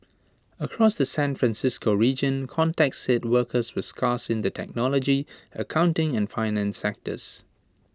across the San Francisco region contacts said workers were scarce in the technology accounting and finance sectors